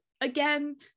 again